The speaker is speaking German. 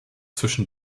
zwischen